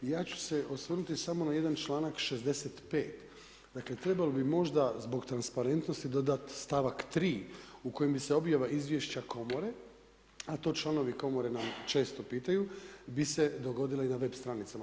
Ja ću se osvrnuti samo na jedan članak 65. dakle trebalo bi možda zbog transparentnosti dodat stavak 3. u kojem bi se objava izvješća komore, a to članovi komore nas često pitaju, bi se dogodila i na web stranicama.